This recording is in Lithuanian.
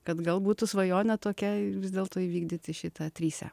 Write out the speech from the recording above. kad gal būtų svajonė tokia ir vis dėlto įvykdyti šitą trise